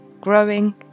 growing